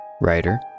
writer